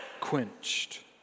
quenched